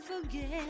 forget